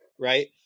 right